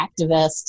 activists